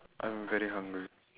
I'm very hungry